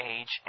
age